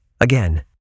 again